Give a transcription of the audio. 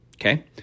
okay